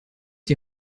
die